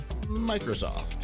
Microsoft